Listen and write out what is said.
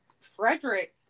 Frederick